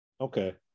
Okay